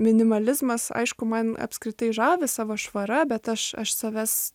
minimalizmas aišku man apskritai žavi savo švara bet aš aš savęs